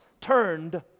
turned